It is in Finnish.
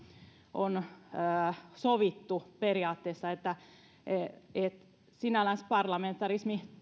on periaatteessa sovittu sinällänsä parlamentarismi